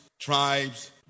tribes